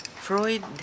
Freud